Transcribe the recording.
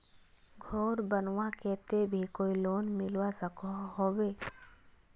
घोर बनवार केते भी कोई लोन मिलवा सकोहो होबे?